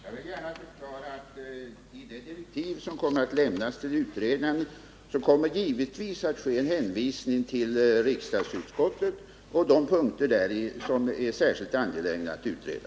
Herr talman! Jag vill gärna förklara att i de direktiv som kommer att lämnas till utredaren kommer givetvis en hänvisning att göras till riksdagsutskottet beträffande de punkter som det är särskilt angeläget att utreda.